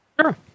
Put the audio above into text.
Sure